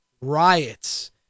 riots